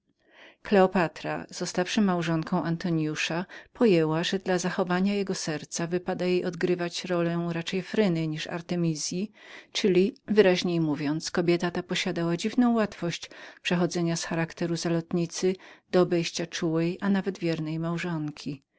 kleopatra zostawszy małżonką antoniusa pojęła że dla zachowania jego serca wypadło jej odgrywać rolę raczej fryny niż artemizy czyli wyraźniej mówiąc kobieta ta posiadała dziwną łatwość przechodzenia z charakteru zalotnicy do obejścia czułej a nawet wiernej małżonki